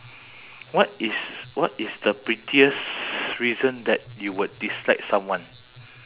what is what is the pettiest reason that you would dislike someone